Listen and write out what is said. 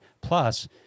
Plus